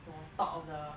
什么 top of the